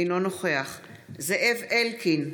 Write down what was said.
אינו נוכח זאב אלקין,